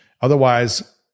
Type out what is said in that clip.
Otherwise